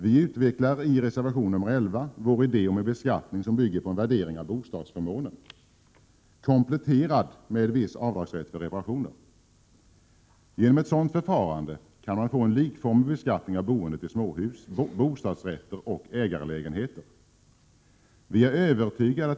Vi utvecklar i reservation 11 vår idé om en beskattning som bygger på en värdering av bostadsförmånen kompletterad med viss avdragsrätt för reparationer. Genom ett sådant förfarande kan man = Prot. 1987/88:126 få en likformig beskattning av boendet i småhus, bostadsrätter och ägarlä 25 maj 1988 genheter.